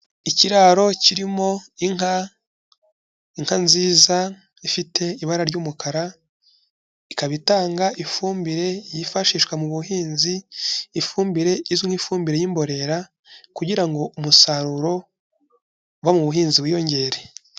Ikiraro kirimo inka, inka nziza ifite ibara ry'umukara, ikaba itanga ifumbire yifashishwa mu buhinzi, ifumbire izwi nk'ifumbire y'imborera kugira ngo umusaruro uva mu buhinzi wiyongere.